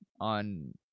on